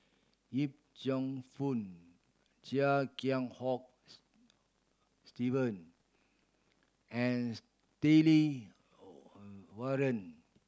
Yip Cheong Fun Chia Kiah Hong Steven and Stanley Warren